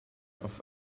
auf